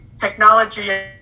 technology